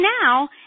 now